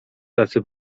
tacy